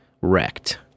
wrecked